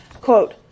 Quote